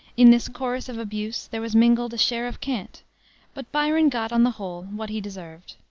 in this chorus of abuse there was mingled a share of cant but byron got, on the whole, what he deserved.